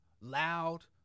loud